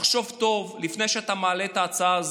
תחשוב טוב לפני שאתה מעלה את ההצעה הזאת,